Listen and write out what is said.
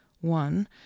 one